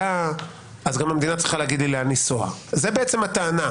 הישיבה השנייה להיום בנושא: הצעת תקנות אימוץ